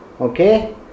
Okay